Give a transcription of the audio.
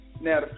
Now